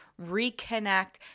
reconnect